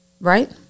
right